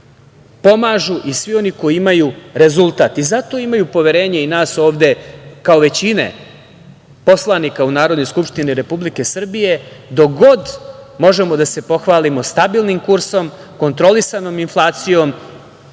pomažu i koji imaju rezultat. Zato imaju poverenje i nas ovde kao većine poslanika u Narodnoj skupštini Republike Srbije dok god možemo da se pohvalimo stabilnim kursom, kontrolisanom inflacijom